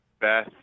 Beth